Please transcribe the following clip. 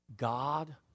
God